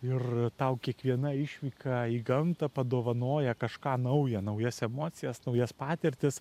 ir tau kiekviena išvyka į gamtą padovanoja kažką nauja naujas emocijas naujas patirtis